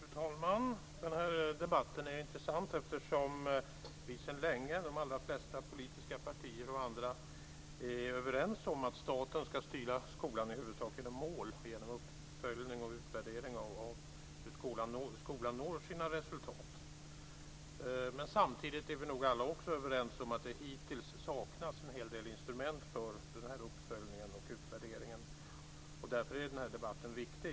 Fru talman! Den här debatten är intressant eftersom de flesta politiska partier och andra sedan länge är överens om att staten ska styra skolan i huvudsak genom uppföljning och utvärdering av hur skolan når upp till de satta målen. Samtidigt är vi nog alla överens om att det hittills har saknats en hel del instrument för uppföljningen och utvärderingen. Därför är den här debatten viktig.